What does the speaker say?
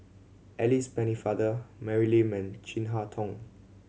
Alice Pennefather Mary Lim and Chin Harn Tong